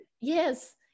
Yes